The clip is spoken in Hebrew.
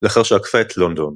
לאחר שעקפה את לונדון,